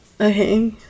okay